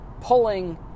pulling